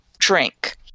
Drink